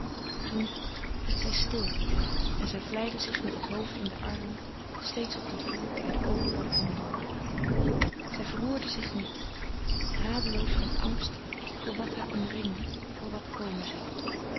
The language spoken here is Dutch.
toen werd zij stil en zij vlijde zich met het hoofd in de armen steeds op den vloer bij de open balcondeur zij verroerde zich niet radeloos van angst voor wat haar omringde voor wat komen zou